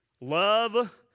love